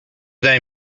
they